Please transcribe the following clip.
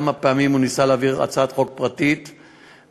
כמה פעמים הוא ניסה להעביר הצעת חוק פרטית כזאת,